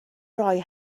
roi